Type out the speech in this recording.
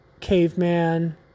caveman